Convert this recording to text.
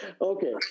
Okay